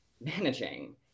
managing